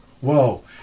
Whoa